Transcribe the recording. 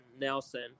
Nelson